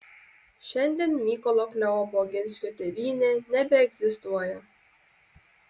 šiandien mykolo kleopo oginskio tėvynė nebeegzistuoja